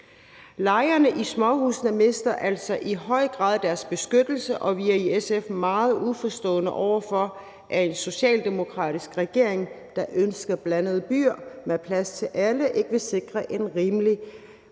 Lejerne i småhusene mister altså i høj grad deres beskyttelse, og vi er i SF meget uforstående over for, at en socialdemokratisk regering, der ønsker blandede byer med plads til alle, ikke vil sikre en rimelig